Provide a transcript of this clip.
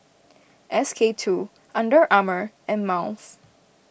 S K two Under Armour and Miles